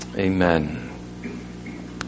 Amen